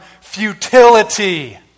futility